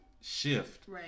shift